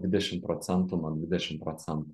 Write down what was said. dvidešim procentų nuo dvidešim procentų